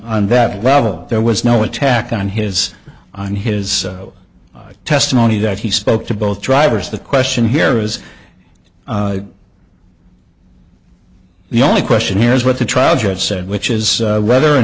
on that level there was no attack on his on his testimony that he spoke to both drivers the question here is the only question here is what the trial judge said which is whether or